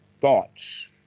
thoughts